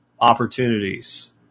opportunities